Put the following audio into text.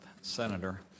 Senator